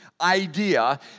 idea